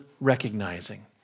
Recognizing